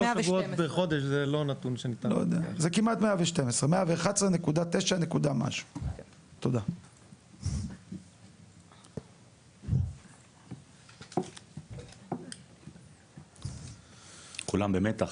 זה כמעט 112. 111.9. כולם במתח.